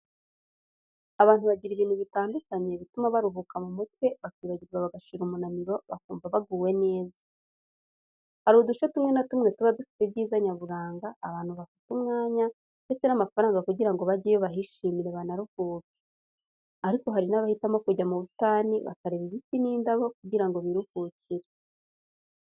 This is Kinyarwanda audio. Abantu bagira ibintu bitandukanye bituma baruhuka mu mutwe bakibagirwa bagashira umunaniro bakumva baguwe neza. Hari uduce tumwe na tumwe tuba dufite ibyiza nyaburanga abantu bafata umwanya ndetse n'amafaranga kugira ngo bajyeyo bahishimire banaruhuke. Ariko hari n'abahitamo kujya mu busitani bakareba ibiti n'indabo kugira ngo biruhukire.